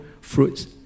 fruits